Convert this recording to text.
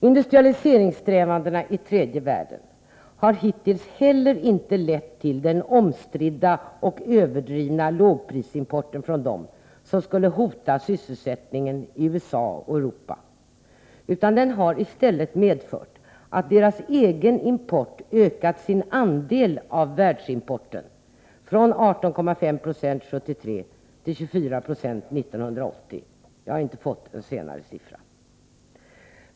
Industrialiseringssträvandena i tredje världen har hittills inte heller lett till den omstridda och överdrivna lågprisimport från dem som skulle hota sysselsättningen i USA och Europa, utan den har i stället medfört att deras egen import har ökat sin andel av världsimporten från 18,5 96 år 1973 till 24 co år 1980 — jag har inte fått någon senare siffra.